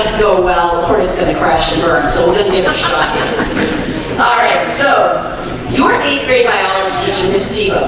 go well tortoise gonna crash and burn so didn't even shot him alright, so you're a three by um opposition is